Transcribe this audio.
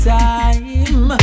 time